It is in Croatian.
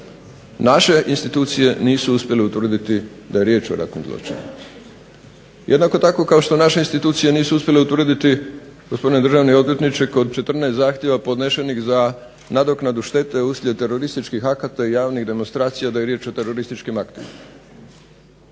naše institucije nisu uspjele utvrditi da je riječ o ratnim zločinima. Jednako tako kao što naše institucije nisu uspjele utvrditi gospodine državni odvjetniče kod 14 zahtjeva podnešenih za nadoknadu štete uslijed terorističkih akata i javnih demonstracija da je riječ o terorističkim aktima.